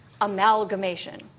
amalgamation